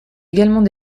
également